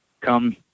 come